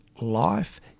life